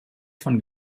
von